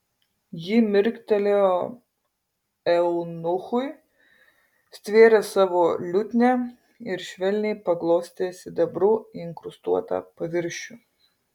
ji mirktelėjo eunuchui stvėrė savo liutnią ir švelniai paglostė sidabru inkrustuotą paviršių